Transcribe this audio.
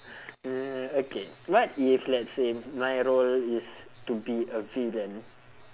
uh okay what if let's say my role is to be a villain